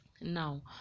Now